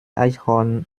eichhorn